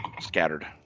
scattered